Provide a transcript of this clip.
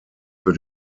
für